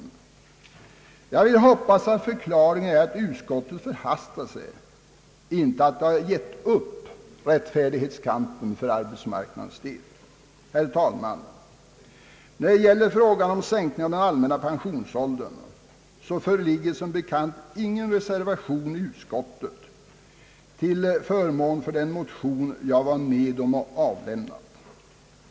Jag hoppas att förklaringen är att utskottet förhastat sig — inte att det gett upp rättfärdighetskampen för arbetsmarknadens del. Herr talman! När det gäller frågan om sänkning av den allmänna pensionsåldern, så föreligger som bekant ingen reservation i utskottet till förmån för den motion som jag varit med och avlämnat.